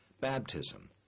baptism